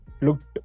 Looked